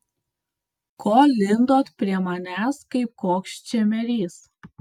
ko lindot prie manęs kaip koks čemerys